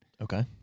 Okay